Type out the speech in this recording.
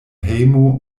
hejmo